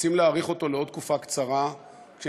רוצים להאריך אותו לעוד תקופה קצרה כשהם